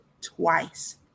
twice